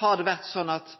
har det vore sånn – at